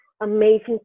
amazing